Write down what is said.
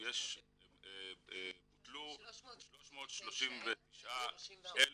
בוטלו 339,000